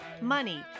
money